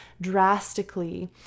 drastically